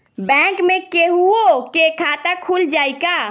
Bank में केहूओ के खाता खुल जाई का?